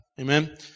Amen